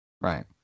right